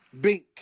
Bink